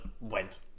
went